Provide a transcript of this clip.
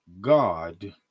God